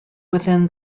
within